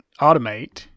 automate